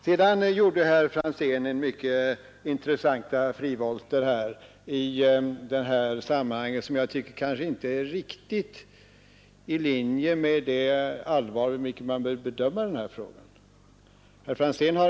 Sedan gjorde herr Franzén mycket intressanta frivolter, som jag tycker kanske inte är riktigt i linje med det allvar med vilket man bör bedöma denna fråga.